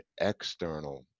external